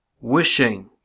wishing